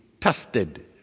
tested